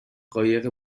قایق